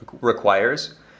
requires